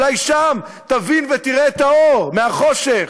אולי שם תבין ותראה את האור מהחושך.